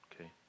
okay